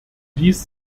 dies